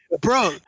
bro